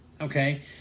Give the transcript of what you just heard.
Okay